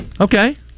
Okay